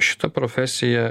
šita profesija